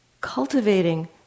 cultivating